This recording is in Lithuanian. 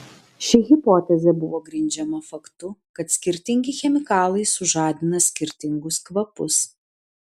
ši hipotezė buvo grindžiama faktu kad skirtingi chemikalai sužadina skirtingus kvapus